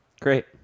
Great